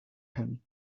him